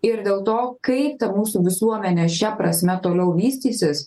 ir dėl to kaip ta mūsų visuomenė šia prasme toliau vystysis